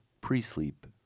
pre-sleep